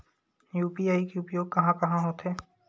UPI के उपयोग कहां कहा होथे?